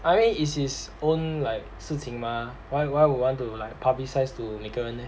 I mean it's his own like 事情 mah why why would want to like to publicise to 每个人 leh